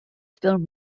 film